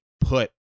put